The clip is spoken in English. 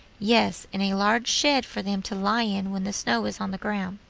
yes, and a large shed for them to lie in when the snow is on the ground.